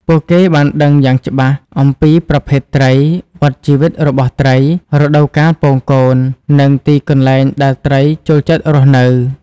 ពួកគេបានដឹងយ៉ាងច្បាស់អំពីប្រភេទត្រី វដ្តជីវិតរបស់ត្រី រដូវកាលពងកូន និងទីកន្លែងដែលត្រីចូលចិត្តរស់នៅ។